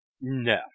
No